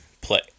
play